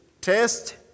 Test